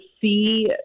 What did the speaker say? see